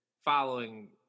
following